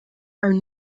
are